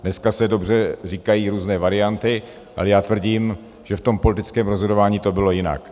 Dneska se dobře říkají různé varianty, ale já tvrdím, že v tom politickém rozhodování to bylo jinak.